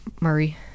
Murray